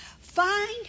Find